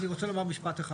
אני רוצה לומר משפט אחד.